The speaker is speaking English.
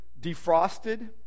defrosted